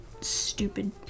stupid